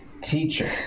teacher